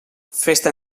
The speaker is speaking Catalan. festa